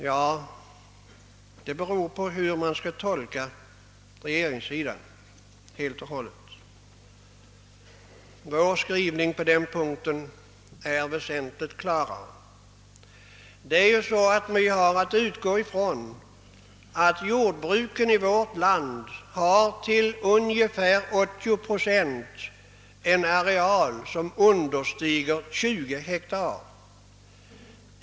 Ja, det beror på hur man skall tolka regeringssidans inställning. Oppositionens skrivning på den punkten är väsentligt klarare. Vi har att utgå från att jordbruken i vårt land till ungefär 80 procent har en areal som understiger 20 hektar.